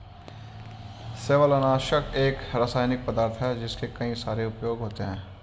शैवालनाशक एक रासायनिक पदार्थ है जिसके कई सारे उपयोग होते हैं